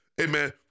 amen